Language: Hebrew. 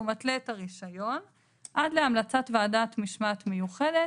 הוא מתלה את הרישיון עד להמלצת ועדת משמעת מיוחדת